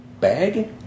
bag